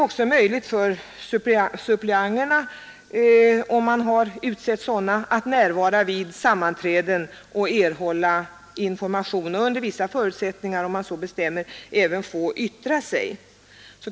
Om man har utsett suppleanter har de också möjligheter att närvara vid sammanträdena och där erhålla information samt, under vissa förutsättningar, även att yttra sig.